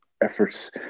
efforts